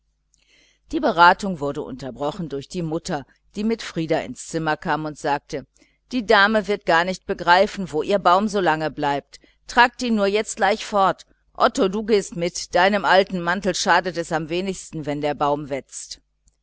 die beratung wurde unterbrochen durch die mutter die mit frieder ins zimmer kam und sagte die dame wird gar nicht begreifen wo ihr baum so lang bleibt tragt ihn jetzt nur gleich fort otto du gehst mit deinem alten mantel schadet es am wenigsten wenn der baum wetzt